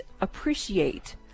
appreciate